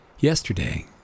Yesterday